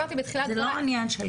זה לא עניין של "כעסה",